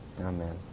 Amen